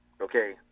Okay